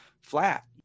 flat